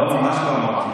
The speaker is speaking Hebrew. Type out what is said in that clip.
לא, ממש לא אמרתי.